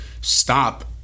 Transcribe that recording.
stop